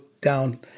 down